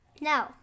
No